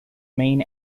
main